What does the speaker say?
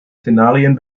szenarien